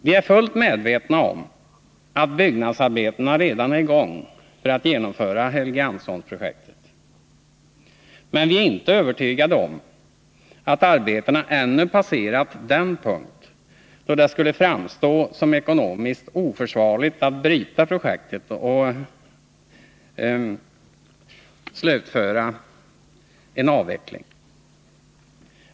Vi är fullt medvetna om att byggnadsarbetena för att genomföra Helgeandsholmsprojektet redan är i gång. Men vi är inte övertygade om att arbetena ännu passerat den punkt då det skulle framstå som ekonomiskt oförsvarligt att bryta projektet och slutföra en avveckling.